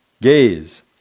gaze